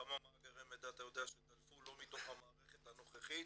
כמה מאגרי מידע אתה יודע שדלפו לא מתוך המערכת הנוכחית